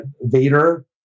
Vader